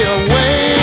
away